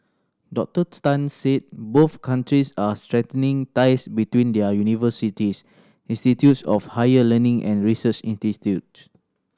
Doctor Tan said both countries are strengthening ties between their universities institutes of higher learning and research institutes